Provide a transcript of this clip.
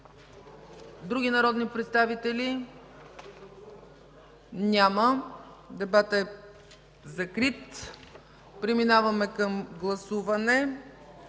Други народни представители? Няма. Дебатът е закрит. Преминаваме към гласуване.